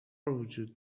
وجود